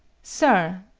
sir,